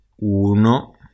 Uno